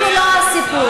אנחנו לא הסיפור.